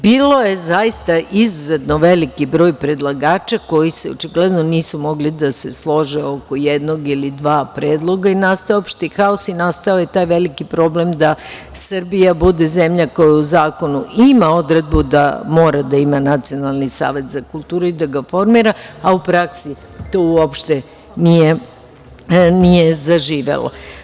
Bilo je zaista izuzetno veliki broj predlagača koji se očigledno nisu mogli da se slože oko jednog ili dva predloga i nastao je opšti haos i nastao je taj veliki problem da Srbija bude zemlja koja u zakonu ima odredbu da mora da ima Nacionalni savet za kulturu i da ga formira, a u praksi to uopšte nije zaživelo.